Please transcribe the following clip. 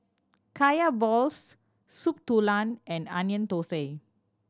Kaya balls Soup Tulang and Onion Thosai